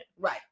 right